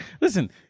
Listen